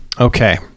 Okay